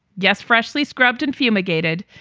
yes, freshly scrubbed and fumigated,